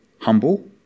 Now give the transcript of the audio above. humble